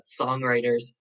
songwriters